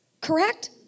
correct